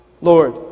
Lord